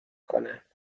کنم